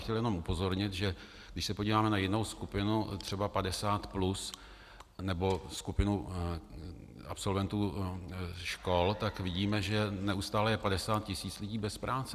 Chtěl bych jenom upozornit, že když se podíváme na jinou skupinu, třeba 50+ nebo skupinu absolventů škol, tak vidíme, že neustále je 50 tisíc lidí bez práce.